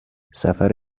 سفر